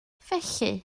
felly